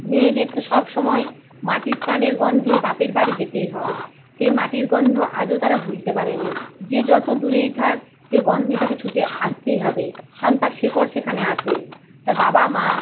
মেয়েদের তো সবসময় মাটির টানের গন্ধে বাপের বাড়ি যেতেই হয় সে মাটির গন্ধ আজও তারা ভুলতে পারে নি যে যত দুরেই থাক সে গন্ধে তাকে ছুটে আসতেই হবে কারণ তার শেকড় সেখানে আছে তার বাবা মা